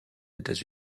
états